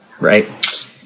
right